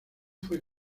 fue